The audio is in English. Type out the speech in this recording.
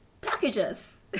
packages